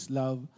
love